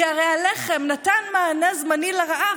כי הרי הלחם נתן מענה זמני על הרעב,